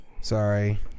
Sorry